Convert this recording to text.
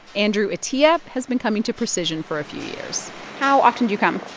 andrew atiya has been coming to precision for a few years how often do you come?